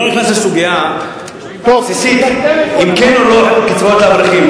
אני לא נכנס לסוגיה הבסיסית אם כן או לא קצבאות האברכים.